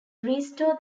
restore